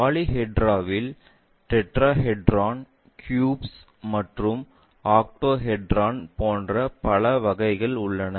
பாலிஹெட்ராவில் tetrahedron cubes மற்றும் octahedron போன்ற பல்வேறு வகைகள் உள்ளன